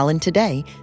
today